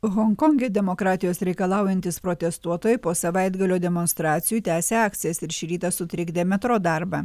honkonge demokratijos reikalaujantys protestuotojai po savaitgalio demonstracijų tęsia akcijas ir šį rytą sutrikdė metro darbą